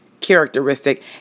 characteristic